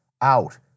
out